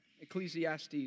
Ecclesiastes